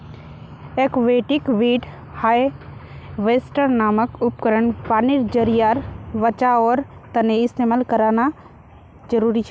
aquatic weed harvester नामक उपकरण पानीर ज़रियार बचाओर तने इस्तेमाल करना ज़रूरी छे